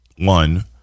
one